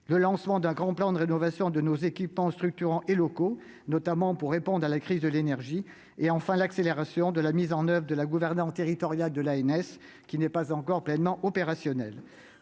le lancement d'un grand plan de rénovation de nos équipements structurants et locaux, notamment pour répondre à la crise de l'énergie ; l'accélération de la mise en oeuvre de la gouvernance territoriale de l'ANS, qui n'est pas encore pleinement opérationnelle.